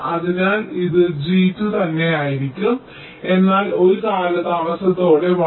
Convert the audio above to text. അതിനാൽ ഇത് G2 തന്നെ ആയിരിക്കും എന്നാൽ ഒരു കാലതാമസത്തോടെ 1